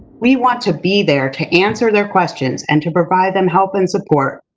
we want to be there to answer their questions and to provide them help and support,